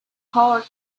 heart